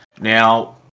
Now